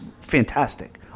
fantastic